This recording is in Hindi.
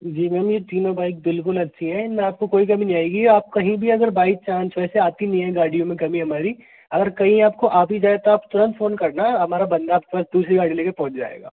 जी मैम यह तीनों बाइक बिल्कुल अच्छी हैं इनमे आपको कोई कमी नहीं आएगी आप कहीं भी अगर बाइ चांस वैसे आती नहीं है गाड़ियों में कभी हमारी अगर कहीं आपको आ भी जाए तो आप तुरंत फ़ोन करना हमारा बंदा आपके पास दूसरी गाड़ी लेकर पहुँच जाएगा